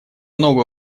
новый